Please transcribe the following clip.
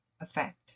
effect